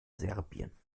serbien